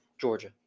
Georgia